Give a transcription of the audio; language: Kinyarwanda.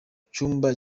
cyumba